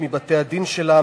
מבתי-הדין שלה,